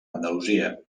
andalusia